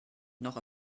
noch